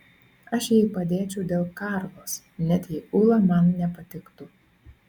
aš jai padėčiau dėl karlos net jei ula man nepatiktų